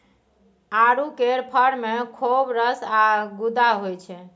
आड़ू केर फर मे खौब रस आ गुद्दा होइ छै